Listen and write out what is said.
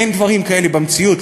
אין דברים כאלה במציאות.